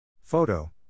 Photo